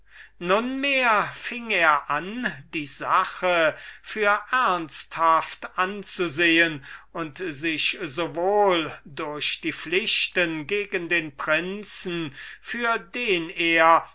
nunmehr fing er an die sache für ernsthaft anzusehen und sich so wohl durch die pflichten der freundschaft für einen prinzen für den er